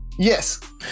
Yes